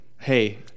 Hey